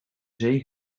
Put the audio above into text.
zee